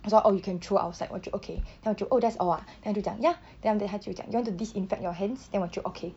他说 oh you can throw outside 我就 okay then 我就 oh that's all ah then 他就讲 ya then after that 他就讲 you want to disinfect your hands then 我就 okay